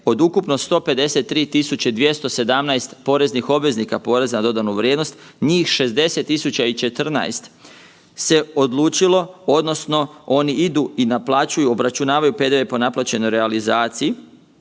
od ukupno 153.217 poreznih obveznika poreza na dodanu vrijednost njih 60.014 se odlučilo odnosno oni idu i naplaćuju obračunavaju PDV po naplaćenoj realizaciji,